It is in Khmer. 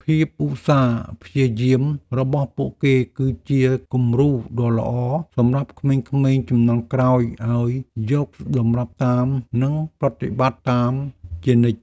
ភាពឧស្សាហ៍ព្យាយាមរបស់ពួកគេគឺជាគំរូដ៏ល្អសម្រាប់ក្មេងៗជំនាន់ក្រោយឱ្យយកតម្រាប់តាមនិងប្រតិបត្តិតាមជានិច្ច។